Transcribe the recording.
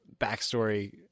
backstory